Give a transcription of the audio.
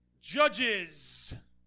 Judges